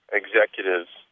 executives